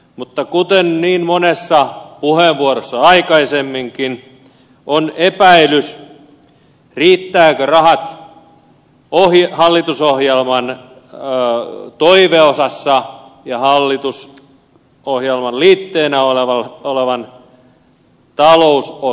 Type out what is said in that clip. mutta kuten niin monessa puheenvuorossa aikaisemminkin on todettu on epäilys riittävätkö rahat hallitusohjelman toiveosan ja hallitusohjelman liitteenä olevan talousosion välillä